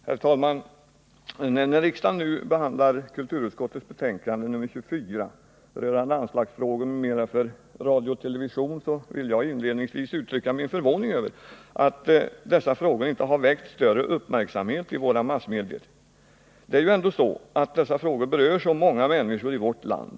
Herr talman! När riksdagen nu behandlar kulturutskottets betänkande 1979/80:24 rörande anslagsfrågor m.m. för radio och television vill jag inledningsvis uttrycka min förvåning över att dessa frågor inte har väckt större uppmärksamhet i våra massmedia. Det är ju ändå så att dessa frågor berör så många människor i vårt land.